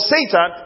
Satan